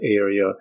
area